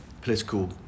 political